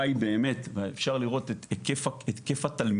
היא באמת ואפשר לראות את היקף התלמידים